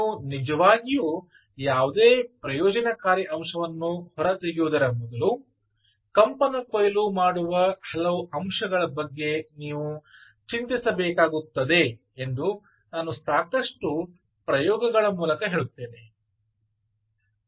ನೀವು ನಿಜವಾಗಿಯೂ ಯಾವುದೇ ಪ್ರಯೋಜನಕಾರಿ ಅಂಶವನ್ನು ಹೊರತೆಗೆಯುವ ಮೊದಲು ಕಂಪನ ಕೊಯ್ಲು ಮಾಡುವ ಹಲವು ಅಂಶಗಳ ಬಗ್ಗೆ ನೀವು ಚಿಂತಿಸಬೇಕಾಗುತ್ತದೆ ಎಂದು ನಾನು ಸಾಕಷ್ಟು ಪ್ರಯೋಗಗಳ ಮೂಲಕ ಹೇಳುತ್ತೇನೆ